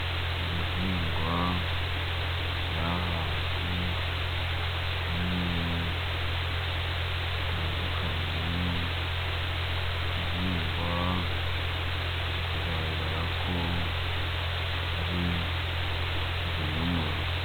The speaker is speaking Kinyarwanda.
Ibihingwa biri ahantu hamwe hatandukanye, iki igihingwa biri kugaragara ko ari ibinyomoro.